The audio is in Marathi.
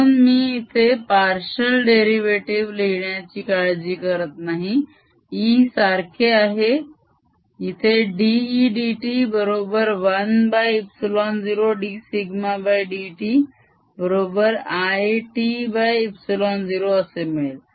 म्हणून मी इथे पार्शिअल डेरीवेटीव लिहिण्याची काळजी करत नाही E सारखे आहे इथे d e dt बरोबर 1ε0 dσdt बरोबर It ε0 असे मिळेल